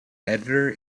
editor